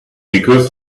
because